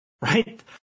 right